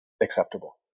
acceptable